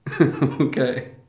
okay